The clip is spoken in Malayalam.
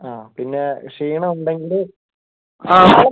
ആ പിന്നെ ക്ഷീണം ഉണ്ടെങ്കിൽ